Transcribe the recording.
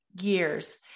years